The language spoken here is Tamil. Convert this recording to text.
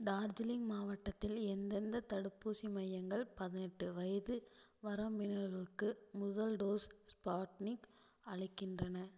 டார்ஜிலிங் மாவட்டத்தில் எந்தெந்த தடுப்பூசி மையங்கள் பதினெட்டு வயது வரம்பினர்களுக்கு முதல் டோஸ் ஸ்பாட்னிக் அளிக்கின்றன